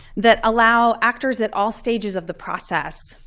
that allow actors at all stages of the process,